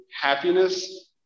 happiness